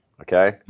okay